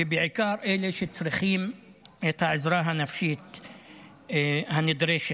ובעיקר אלה שצריכים את העזרה הנפשית הנדרשת,